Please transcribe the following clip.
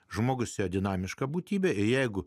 žmogus jo dinamiška būtybė jeigu